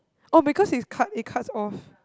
oh because it's cut it cuts off